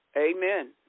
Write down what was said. amen